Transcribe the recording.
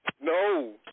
No